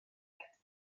cerdded